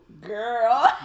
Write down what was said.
girl